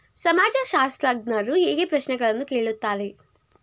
ಸಮಾಜಶಾಸ್ತ್ರಜ್ಞರು ಹೇಗೆ ಪ್ರಶ್ನೆಗಳನ್ನು ಕೇಳುತ್ತಾರೆ?